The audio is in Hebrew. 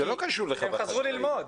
כי הם חזרו ללמוד.